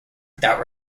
without